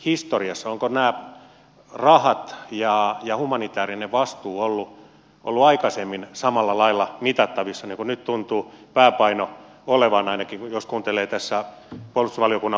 ovatko nämä rahat ja humanitaarinen vastuu olleet aikaisemmin samalla lailla mitattavissa niin kuin nyt tuntuu pääpaino olevan ainakin jos kuuntelee tässä puolustusvaliokunnan puheenjohtajaa